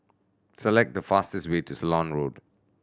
select the fastest way to Ceylon Road